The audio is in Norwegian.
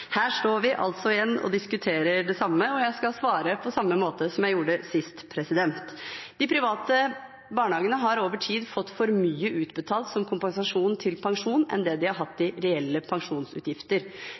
Her står vi altså igjen og diskuterer det samme, og jeg skal svare på samme måte som jeg gjorde sist. De private barnehagene har over tid fått for mye utbetalt som kompensasjon til pensjon i forhold til det de har hatt